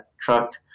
truck